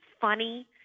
funny